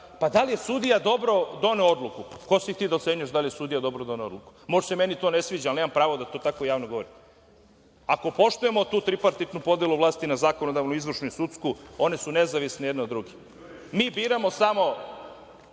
pa da li je sudija dobro doneo odluku? Ko si ti da ocenjuješ da li sudija dobro doneo odluku? Možda se to meni to ne sviđa, ali nemam prava da tako javno govorim. Ako poštujemo tu tripartitnu podelu vlasti na zakonodavnu, izvršnu i sudsku, one su nezavisne jedne od druge. Mi biramo samo